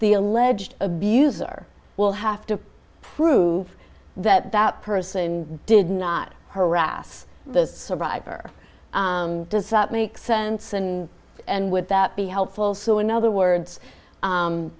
the alleged abuser will have to prove that that person did not harass the survivor does that make sense in and would that be helpful so in other words